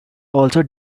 also